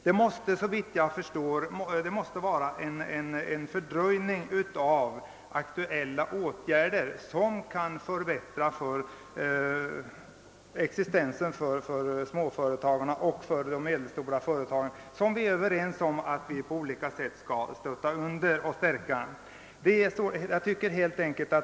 Det måste, såvitt jag förstår, innebära en fördröjning av åtgärder som nu är aktuella och som kan förbättra existensen för de små och medelstora företag, vilka vi är överens om att stödja på olika sätt.